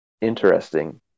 interesting